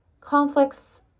conflicts